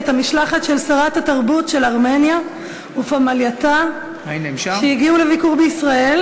את המשלחת של שרת התרבות של ארמניה ופמלייתה שהגיעו לביקור בישראל,